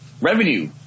revenue